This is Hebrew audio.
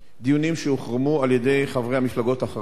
דיונים שהוחרמו על-ידי חברי המפלגות החרדיות,